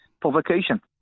provocation